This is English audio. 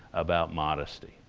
about modesty.